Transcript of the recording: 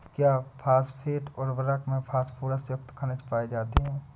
क्या फॉस्फेट उर्वरक में फास्फोरस युक्त खनिज पाए जाते हैं?